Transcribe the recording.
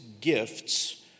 gifts